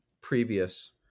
previous